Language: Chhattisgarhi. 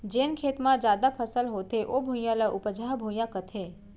जेन खेत म जादा फसल होथे ओ भुइयां, ल उपजहा भुइयां कथें